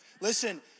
Listen